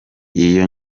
iyo